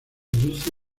dulce